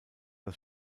das